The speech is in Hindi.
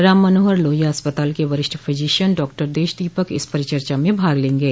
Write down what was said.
राममनोहर लोहिया अस्पताल के वरिष्ठ फिजीशियन डॉक्टर देश दीपक इस परिचर्चा में भाग लेंगे